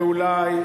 ואולי,